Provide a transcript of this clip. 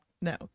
No